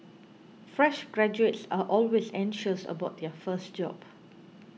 fresh graduates are always anxious about their first job